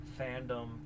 fandom